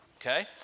Okay